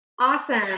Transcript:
Awesome